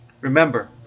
Remember